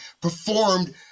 performed